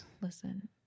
Listen